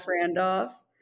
Randolph